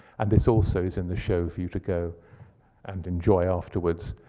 and this also is in the show for you to go and enjoy afterwards.